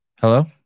Hello